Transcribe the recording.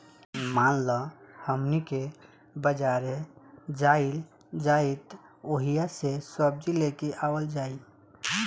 मान ल हमनी के बजारे जाइल जाइत ओहिजा से सब्जी लेके आवल जाई